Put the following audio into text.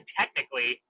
technically